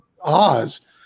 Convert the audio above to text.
Oz